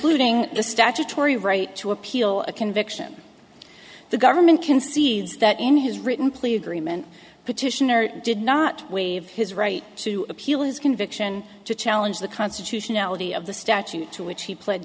the statutory right to appeal a conviction the government concedes that in his written plea agreement petitioner did not waive his right to appeal his conviction to challenge the constitutionality of the statute to which he pled